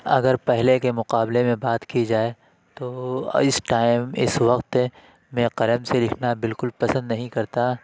اگر پہلے کے مقابلے میں بات کی جائے تو اس ٹائم اس وقت میں قلم سے لکھنا بالکل پسند نہیں کرتا